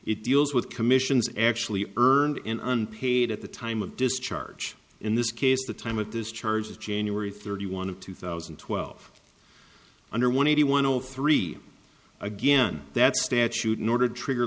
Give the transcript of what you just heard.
it deals with commissions actually earned in unpaid at the time of discharge in this case the time of this charge is january thirty one of two thousand and twelve under one eighty one all three again that statute in order to trigger